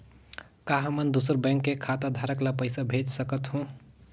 का हमन दूसर बैंक के खाताधरक ल पइसा भेज सकथ हों?